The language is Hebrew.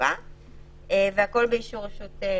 לבוא לעזור לה